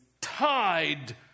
tied